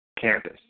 campus